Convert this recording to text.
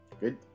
Good